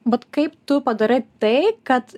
bat kaip tu padarai tai kad